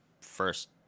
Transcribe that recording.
first